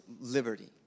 liberty